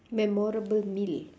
memorable meal